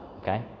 okay